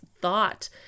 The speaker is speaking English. thought